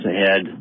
ahead